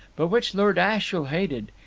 but which lord ashiel hated.